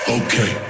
okay